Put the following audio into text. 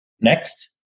next